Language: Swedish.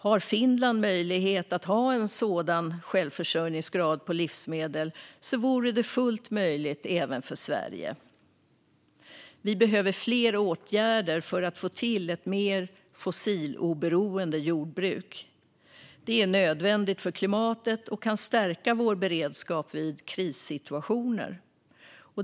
Har Finland möjlighet att ha en sådan självförsörjningsgrad på livsmedel vore det fullt möjligt även för Sverige. Vi behöver fler åtgärder för att få till ett mer fossiloberoende jordbruk. Det är nödvändigt för klimatet och kan stärka vår beredskap vid krissituationer.